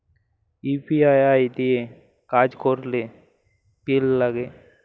UPI দিঁয়ে কাজ ক্যরলে পিল লাগে